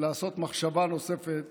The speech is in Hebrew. לעשות מחשבה נוספת